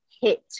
hit